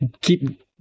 keep